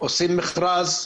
עושים מכרז.